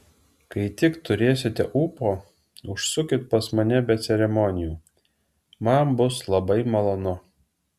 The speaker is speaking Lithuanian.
kai tik turėsite ūpo užsukit pas mane be ceremonijų man bus labai malonu